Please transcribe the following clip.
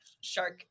shark